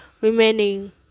remaining